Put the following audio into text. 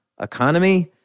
economy